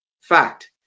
Fact